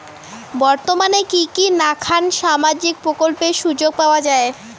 বর্তমানে কি কি নাখান সামাজিক প্রকল্পের সুযোগ পাওয়া যায়?